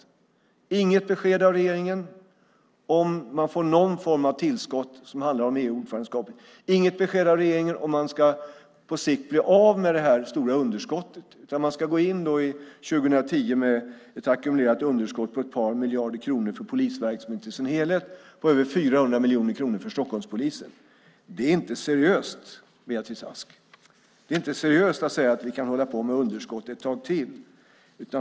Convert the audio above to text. Ändå kommer inget besked från regeringen om huruvida man får någon form av tillskott som handlar om EU-ordförandeskapet och inget besked från regeringen om huruvida man på sikt ska bli av med det här stora underskottet. I stället ska man gå in i år 2010 med ett ackumulerat underskott på ett par miljarder kronor för polisverksamheten i sin helhet och på över 400 miljoner kronor för Stockholmspolisen. Det är inte seriöst, Beatrice Ask, att säga: Vi kan hålla på med underskott ett tag till.